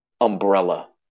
umbrella